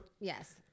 yes